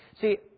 See